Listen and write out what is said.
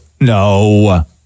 No